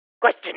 Question